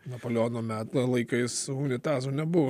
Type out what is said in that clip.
napoleono metų laikais unitazų nebuvo